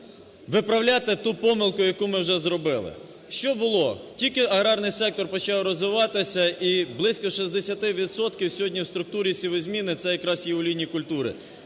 виправляти ту помилку, яку ми вже зробили. Що було. Тільки аграрний сектор почав розвиватися і близько 60 відсотків сьогодні в структурі сівозміни – це якраз є олійні культури,